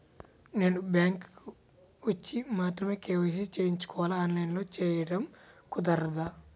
నేను బ్యాంక్ వచ్చి మాత్రమే కే.వై.సి చేయించుకోవాలా? ఆన్లైన్లో చేయటం కుదరదా?